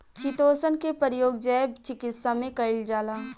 chitosan के प्रयोग जैव चिकित्सा में कईल जाला